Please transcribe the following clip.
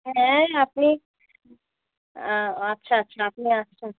হ্যাঁ আপনি আচ্ছা আচ্ছা আপনি আসুন